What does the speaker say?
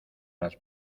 las